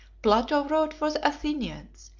plato wrote for the athenians,